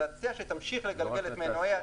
לתעשייה שתמשיך לגלגל את מנועי המפעלים,